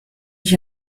ich